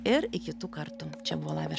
ir kitų kartų čia buvo laikas